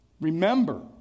Remember